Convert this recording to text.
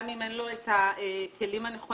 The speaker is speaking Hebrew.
גם אם אין לו את הכלים הנכונים,